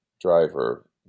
driver